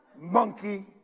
monkey